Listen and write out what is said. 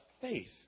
faith